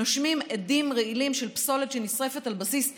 נושמים אדים רעילים של פסולת שנשרפת על בסיס יום-יומי.